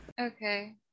Okay